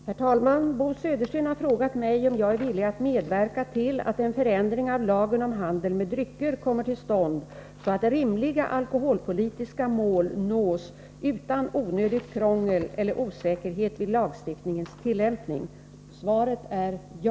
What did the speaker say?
Herr talman! Bo Södersten har frågat mig om jag är villig att medverka till att en förändring av lagen om handel med drycker kommer till stånd så att rimliga alkoholpolitiska mål nås utan onödigt krångel eller osäkerhet vid lagstiftningens tillämpning. Svaret är ja.